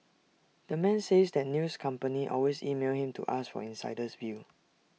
the man says that news companies always email him to ask for the insider's view